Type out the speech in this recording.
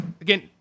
again